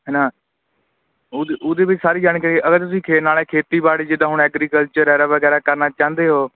ਹੈ ਨਾ ਉਹਦੇ ਉਹਦੇ ਵਿੱਚ ਸਾਰੀ ਜਾਣਕਾਰੀ ਅਗਰ ਤੁਸੀਂ ਖੇ ਨਾਲੇ ਖੇਤੀਬਾੜੀ ਜਿੱਦਾਂ ਹੁਣ ਐਗਰੀਕਲਚਰ ਐਰਾ ਵਗੈਰਾ ਕਰਨਾ ਚਾਹੁੰਦੇ ਹੋ